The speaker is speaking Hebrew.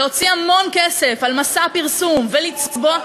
להוציא המון כסף על מסע הפרסום ולצבוע,